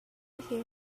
hear